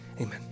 Amen